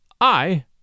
I